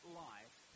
life